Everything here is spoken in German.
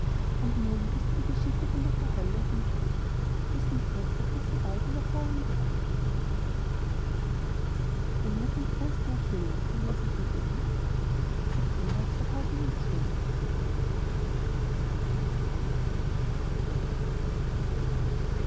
und nun wißt ihr die geschichte von der frau holle und dem christkind dessen geburtstag wir sehr bald wieder feiern werden